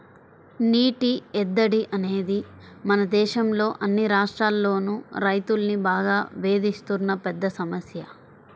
నీటి ఎద్దడి అనేది మన దేశంలో అన్ని రాష్ట్రాల్లోనూ రైతుల్ని బాగా వేధిస్తున్న పెద్ద సమస్య